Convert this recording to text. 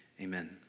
amen